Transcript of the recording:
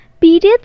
Periods